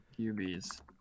QBs